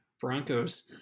Broncos